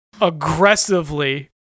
aggressively